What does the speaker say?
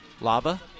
Lava